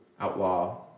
outlaw